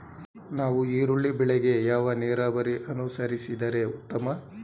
ನಾವು ಈರುಳ್ಳಿ ಬೆಳೆಗೆ ಯಾವ ನೀರಾವರಿ ಅನುಸರಿಸಿದರೆ ಉತ್ತಮ?